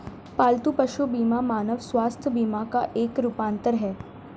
पालतू पशु बीमा मानव स्वास्थ्य बीमा का एक रूपांतर है